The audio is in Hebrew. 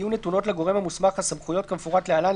יהיו נתונות לגורם המוסמך הסמכויות כמפורט להלן,